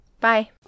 Bye